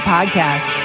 Podcast